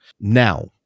Now